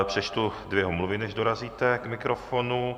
Přečtu dvě omluvy, než dorazíte k mikrofonu.